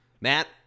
Matt